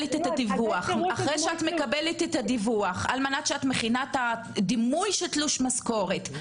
אחרי שאת מקבלת את הדיווח על מנת להכין את דמוי תלוש המשכורת,